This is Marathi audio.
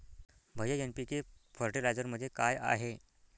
भैय्या एन.पी.के फर्टिलायझरमध्ये काय आहे?